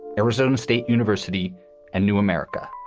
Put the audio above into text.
arizona state university and new america.